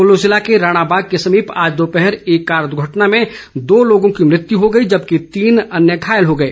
कुल्लू जिला के राणाबाग के समीप आज दोपहर एक कार दुर्घटना में दो लोगों की मृत्यू हो गई जबकि तीन अन्य घायल हो गए